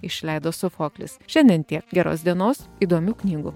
išleido sofoklis šiandien tiek geros dienos įdomių knygų